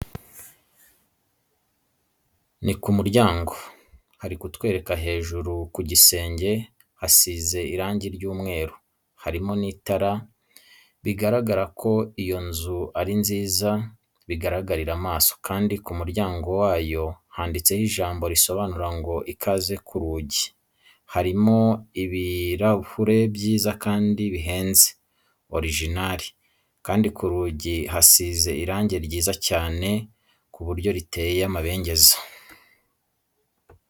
Ni ku muryango, bari kutwereka hejuru mu gisenge hasize irange ry'umweru, harimo n'itara biragaragara ko iyo nzu ari nziza bigaragarira amaso, kandi ku muryango wayo handitseho ijambo risobanura ngo ikaze ku rugi, harimo ibirahure byiza kandi bihenze, orojinari, kandi ku rugi hasize irange ryiza cyane ku buryo riteye amabengeza.